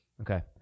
Okay